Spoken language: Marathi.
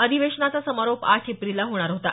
अधिवेशनाचा समारोप आठ एप्रिलला होणार होता